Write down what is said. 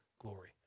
glory